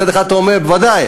מצד אחד אתה אומר: בוודאי,